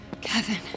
Kevin